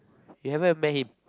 you haven't met him